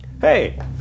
Hey